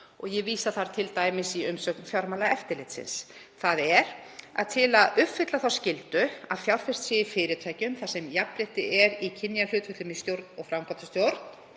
og ég vísa þar t.d. í umsögn Fjármálaeftirlitsins, þ.e. að til að uppfylla þá skyldu að fjárfest sé í fyrirtækjum þar sem jafnrétti er í kynjahlutföllum í stjórn og framkvæmdastjórn